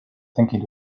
thinking